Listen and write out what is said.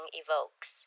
evokes